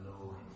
Lord